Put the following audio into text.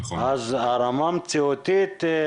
אז הרמה המציאותית היא